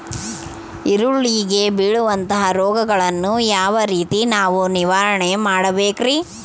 ಈರುಳ್ಳಿಗೆ ಬೇಳುವಂತಹ ರೋಗಗಳನ್ನು ಯಾವ ರೇತಿ ನಾವು ನಿವಾರಣೆ ಮಾಡಬೇಕ್ರಿ?